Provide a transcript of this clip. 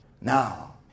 now